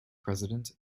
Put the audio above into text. president